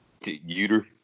Uter